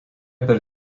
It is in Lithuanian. per